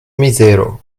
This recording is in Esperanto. mizero